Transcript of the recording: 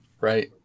right